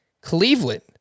Cleveland